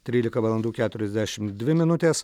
trylika valandų keturiasdešim dvi minutės